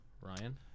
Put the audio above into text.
Ryan